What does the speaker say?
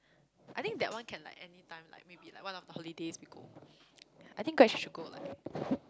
I think that one can like any time like maybe like one of the holidays we go I think grad trip should go like